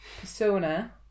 persona